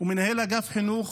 ומנהל אגף חינוך